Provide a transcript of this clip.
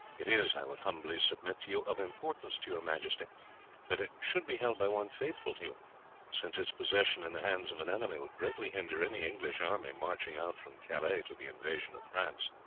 it is, i would humbly submit to you, of importance to your majesty that it should be held by one faithful to you since its possession in the hands of an enemy would greatly hinder any english army marching out from calais to the invasion of france.